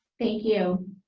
thank you.